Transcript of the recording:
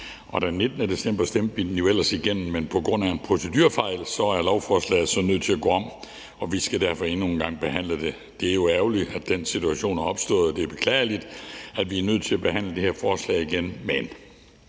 Den 19. december stemte vi den jo ellers igennem, men på grund af en procedurefejl er lovforslaget nødt til at gå om, og vi skal derfor endnu en gang behandle det. Det er jo ærgerligt, at den situation er opstået, og det er beklageligt, at vi er nødt til at behandle det her forslag igen, men